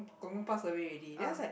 Gong Gong pass away already then I was like